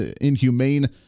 inhumane